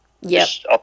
Yes